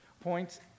points